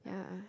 yeah